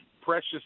precious